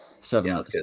Seven